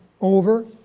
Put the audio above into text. over